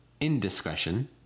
indiscretion